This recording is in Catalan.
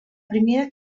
primera